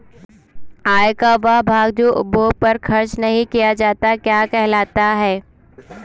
आय का वह भाग जो उपभोग पर खर्च नही किया जाता क्या कहलाता है?